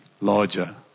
Larger